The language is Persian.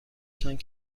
چند